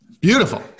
Beautiful